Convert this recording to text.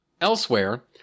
Elsewhere